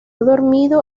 dormido